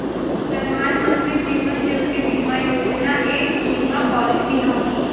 प्रधानमंत्री जीवन ज्योति बीमा योजना एक बीमा पॉलिसी हौ